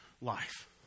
life